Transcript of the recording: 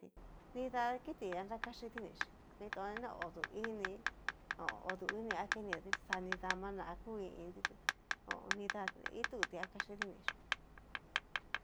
Nidá kiti ha kaxi dinichí mitoni na odu ini odu ini a ke nidati chí xani dama na ku i iin tí ho o on. nida ituti akaxi dinixhí.